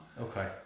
Okay